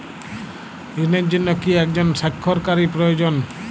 ঋণের জন্য কি একজন স্বাক্ষরকারী প্রয়োজন?